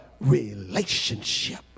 relationship